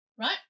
right